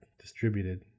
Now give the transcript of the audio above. distributed